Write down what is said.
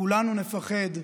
כולנו נפחד,